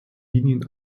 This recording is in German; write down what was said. linien